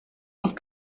noch